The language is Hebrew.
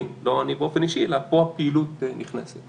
לא אני באופן אישי, אלא פה הפעילות נכנסת.